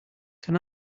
can